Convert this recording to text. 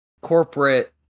corporate